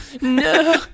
No